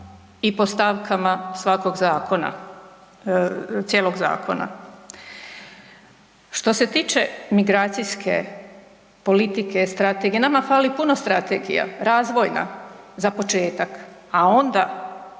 i po stavkama svakog zakona, cijelog zakona. Što se tiče migracijske politike, strategije nama fali puno strategija. Razvojna za početak, a onda